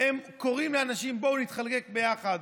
הם קוראים לאנשים: בואו נחלוק ביחד.